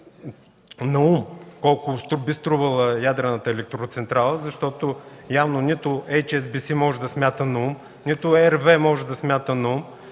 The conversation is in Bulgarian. наум колко би струвала ядрената електроцентрала, защото явно нито HSBC може да смята наум, нито RWE може да смята наум,